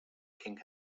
king